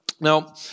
Now